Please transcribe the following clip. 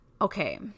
Okay